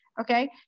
okay